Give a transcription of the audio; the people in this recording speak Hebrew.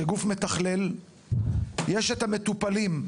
כגוף מתכלל; יש את המטופלים,